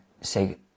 say